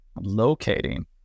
locating